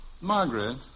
Margaret